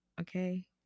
Okay